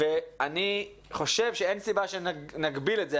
אני חושב שאין סיבה שנגביל את זה.